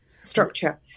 structure